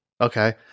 Okay